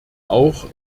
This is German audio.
auch